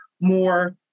more